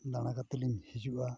ᱫᱟᱬᱟ ᱠᱟᱛᱮᱫ ᱞᱤᱧ ᱦᱤᱡᱩᱜᱼᱟ